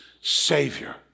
Savior